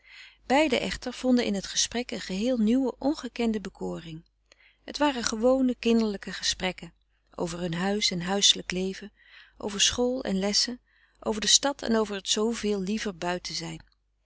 beiden echter vonden in het gesprek een geheel nieuwe ongekende bekoring het waren gewone kinderlijke gesprekken over hun huis en huiselijk leven over school en lessen over de stad en over het zooveel liever buiten zijn